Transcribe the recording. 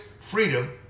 freedom